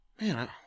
Man